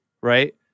right